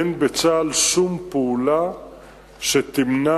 אין בצה"ל שום פעולה שתמנע,